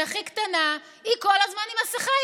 שהיא הכי קטנה, היא כל הזמן עם מסכה.